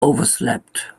overslept